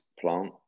Plant